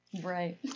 Right